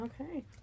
Okay